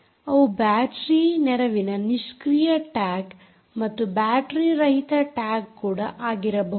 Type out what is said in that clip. ಅವು ಬ್ಯಾಟರೀ ನೆರವಿನ ನಿಷ್ಕ್ರಿಯ ಟ್ಯಾಗ್ ಮತ್ತು ಬ್ಯಾಟರೀ ರಹಿತ ಟ್ಯಾಗ್ ಕೂಡ ಆಗಿರಬಹುದು